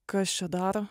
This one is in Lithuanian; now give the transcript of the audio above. kas čia dar